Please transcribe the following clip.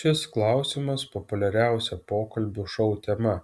šis klausimas populiariausia pokalbių šou tema